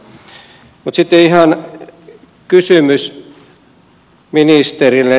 mutta sitten ihan kysymys ministerille